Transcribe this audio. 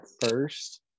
first